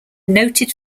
noted